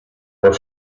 were